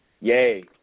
Yay